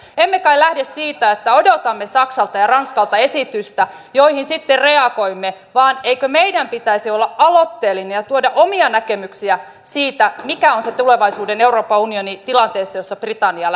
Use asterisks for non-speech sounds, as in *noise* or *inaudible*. emme kai lähde siitä että odotamme saksalta ja ranskalta esitystä johon sitten reagoimme eikö meidän pitäisi olla aloitteellinen ja tuoda omia näkemyksiä siitä mikä on se tulevaisuuden euroopan unioni tilanteessa jossa britannia *unintelligible*